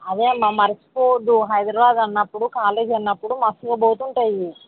అదే అమ్మా మరచిపోవద్దు హైదరాబాద్ అన్నప్పుడు కాలేజ్ అన్నప్పుడు మస్తుగా పోతుంటాయి